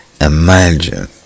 imagine